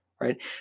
right